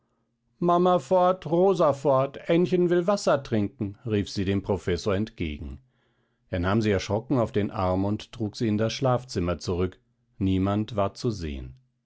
mama fort rosa fort aennchen will wasser trinken rief sie dem professor entgegen er nahm sie erschrocken auf den arm und trug sie in das schlafzimmer zurück niemand war zu sehen